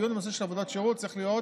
הדיון בנושא של עבודות שירות צריך להיות